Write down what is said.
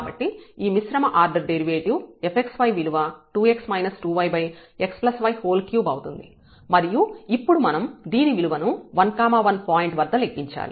కాబట్టి ఈ మిశ్రమ ఆర్డర్ డెరివేటివ్ fxy విలువ 2x 2yx y3 అవుతుంది మరియు ఇప్పుడు మనం దీని విలువ ను 11 పాయింట్ వద్ద లెక్కించాలి